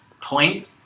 point